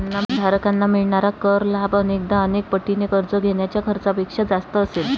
धारकांना मिळणारा कर लाभ अनेकदा अनेक पटीने कर्ज घेण्याच्या खर्चापेक्षा जास्त असेल